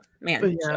Man